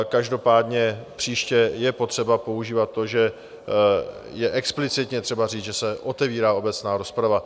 Každopádně příště je potřeba používat to, že je explicitně třeba říct, že se otevírá obecná rozprava.